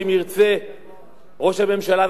שאם ירצה ראש הממשלה,